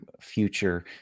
future